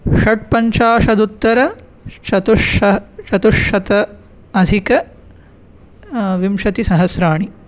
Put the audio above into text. षट्पञ्चाशदुत्तर षतुष्ष चतुश्शताधिक विंशतिसहस्राणि